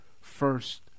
first